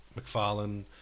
McFarlane